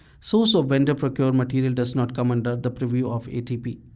source of vendor procure material does not come under the purview of atp.